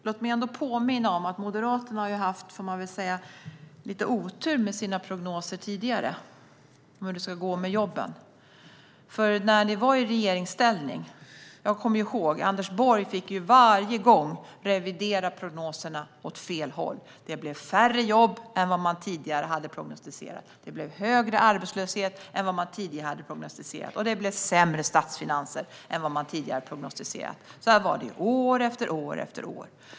Låt mig påminna om att Moderaterna ju har haft, får man säga, lite otur med sina prognoser om hur det ska gå med jobben tidigare. Jag kommer ihåg att när ni var i regeringsställning fick Anders Borg varje gång revidera prognoserna åt fel håll. Det blev färre jobb än vad man tidigare hade prognosticerat, det blev högre arbetslöshet än vad man tidigare hade prognosticerat och det blev sämre statsfinanser än vad man tidigare hade prognosticerat. Så här var det år efter år.